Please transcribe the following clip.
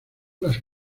las